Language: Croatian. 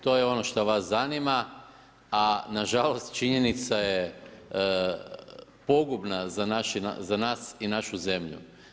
To je ono što vas zanima, a nažalost činjenica je pogubna za nas i našu zemlju.